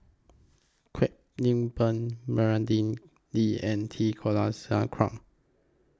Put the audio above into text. Kwek Leng Beng Lee and T Kulasekaram